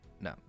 No